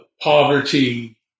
Poverty